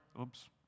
oops